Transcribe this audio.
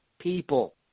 people